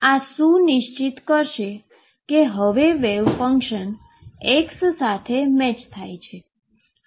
આ સુનિશ્ચિત કરશે કે હવે વેવ ફંક્શન x સાથે મેચ થાય છે